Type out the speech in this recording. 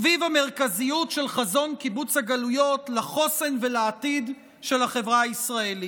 סביב המרכזיות של חזון קיבוץ הגלויות לחוסן ולעתיד של החברה הישראלית.